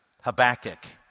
Habakkuk